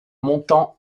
montant